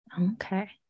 Okay